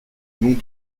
nom